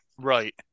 Right